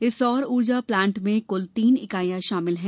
इस सौर ऊर्जा प्लांट में कुल तीन इकाइयां शामिल हैं